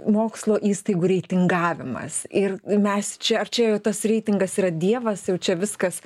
mokslo įstaigų reitingavimas ir mes čia ar čia jau tas reitingas yra dievas jau čia viskas